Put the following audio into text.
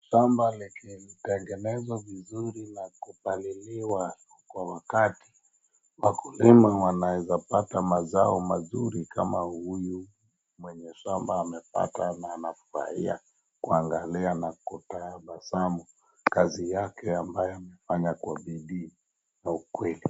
Shamba likitengenezwa vizuri na kupaliliwa kwa wakati, wakulima wanaweza pata mazao mazuri kama huyu mwenye shamba amepata na anafurahia kuangalia na kutabasamu kazi yake ambaye amefanya kwa bidii na ukweli.